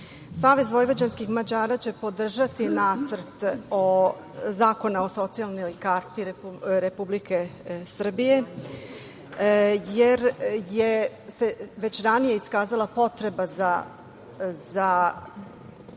Savez Vojvođanskih Mađara, će podržati Nacrt zakona o socijalnoj karti Republike Srbije jer se već ranije iskazala potreba za